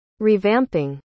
Revamping